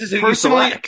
personally